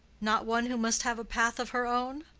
not one who must have a path of her own?